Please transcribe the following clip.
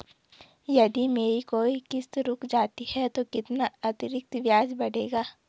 यदि मेरी कोई किश्त रुक जाती है तो कितना अतरिक्त ब्याज पड़ेगा?